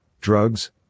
drugs